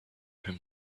him